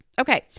Okay